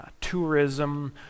tourism